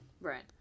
Right